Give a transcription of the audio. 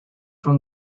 from